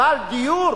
אבל דיור